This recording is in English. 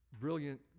brilliant